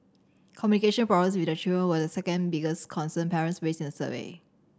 communication problems with their children were the second biggest concern parents raised in the survey